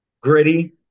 Gritty